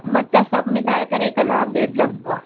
मतिलब सभु मिलाइ करे कलाकु ॾेढ लगदो आहे